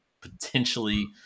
potentially